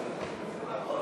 שירותים פיננסיים (קופות גמל) (תיקון מס'